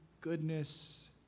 goodness